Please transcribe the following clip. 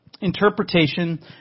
Interpretation